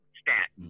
stat